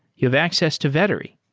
you have access to vettery.